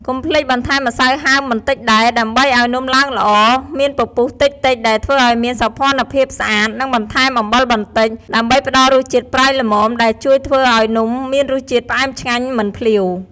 កុំភ្លេចបន្ថែមម្សៅហើមបន្តិចដែរ ដើម្បីឱ្យនំឡើងល្អ មានពពុះតិចៗដែលធ្វើឱ្យមានសោភ័ណភាពស្អាត និងបន្ថែមអំបិលបន្តិច ដើម្បីផ្តល់រសជាតិប្រៃល្មម ដែលជួយធ្វើឱ្យនំមានរសជាតិផ្អែមឆ្ងាញ់ មិនភ្លាវ។